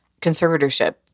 conservatorship